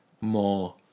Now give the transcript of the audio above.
more